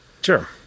Sure